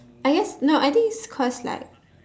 I guess no I think it's cause like